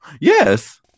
yes